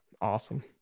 Awesome